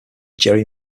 jerry